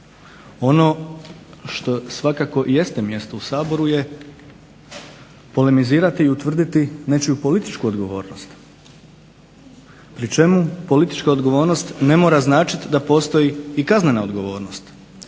Ono što jeste mjesto u saboru je polemizirati i utvrditi nečiju političku odgovornost. Pri čemu politička odgovornost ne mora značiti da postoji kaznena odgovornost.